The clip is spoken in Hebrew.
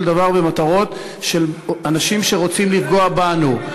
דבר במטרות של אנשים שרוצים לפגוע בנו.